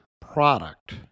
product